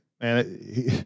man